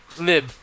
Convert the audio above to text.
Lib